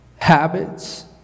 Habits